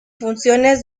funciones